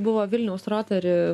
buvo vilniaus rotary